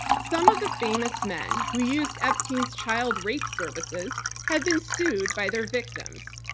some of the famous men who used epstein's child rape services have been sued by their victims.